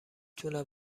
تونم